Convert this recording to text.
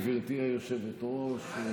גברתי היושבת-ראש,